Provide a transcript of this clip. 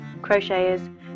crocheters